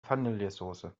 vanillesoße